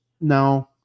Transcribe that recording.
now